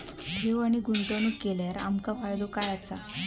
ठेव आणि गुंतवणूक केल्यार आमका फायदो काय आसा?